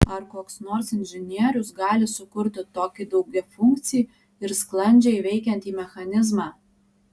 ar koks nors inžinierius gali sukurti tokį daugiafunkcį ir sklandžiai veikiantį mechanizmą